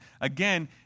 again